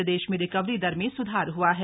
प्रदेश में रिकवरी दर में सुधार हआ है